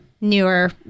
newer